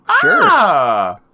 Sure